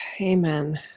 Amen